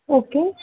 okay